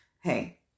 Hey